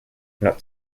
not